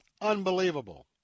unbelievable